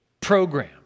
program